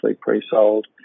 pre-sold